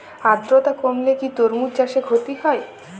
আদ্রর্তা কমলে কি তরমুজ চাষে ক্ষতি হয়?